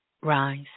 rise